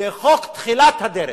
זה חוק תחילת הדרך.